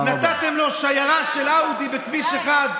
נתתם לו שיירה של אאודי בכביש 1 בשביל שישאלו מי זה,